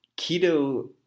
Keto